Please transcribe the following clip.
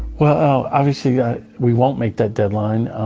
well, obviously we won't make that deadline.